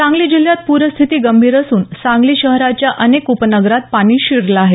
सांगली जिल्ह्यात पूरस्थिती गंभीर असून सांगली शहराच्या अनेक उपनगरात पाणी शिरलं आहे